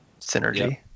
synergy